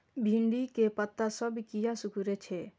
भिंडी के पत्ता सब किया सुकूरे छे?